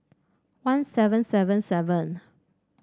one seven seven seven